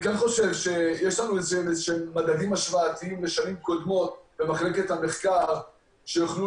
לנו מדדים השוואתיים לשנים קודמות במחלקת המחקר שיוכלו